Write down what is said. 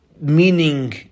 meaning